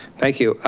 thank you.